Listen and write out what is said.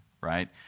right